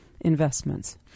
investments